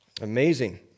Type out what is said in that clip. Amazing